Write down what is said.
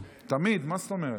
תמיד, מה זאת אומרת?